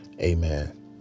amen